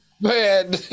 man